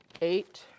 eight